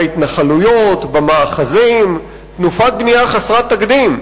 בהתנחלויות, במאחזים, תנופת בנייה חסרת תקדים.